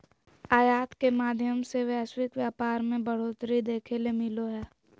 आयात के माध्यम से वैश्विक व्यापार मे बढ़ोतरी देखे ले मिलो हय